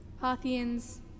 Parthians